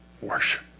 Worship